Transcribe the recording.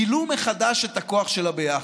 גילו מחדש את הכוח של הביחד.